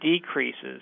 decreases